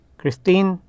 Christine